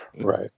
Right